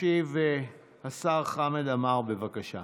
ישיב השר חמד עמאר, בבקשה.